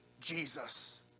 Jesus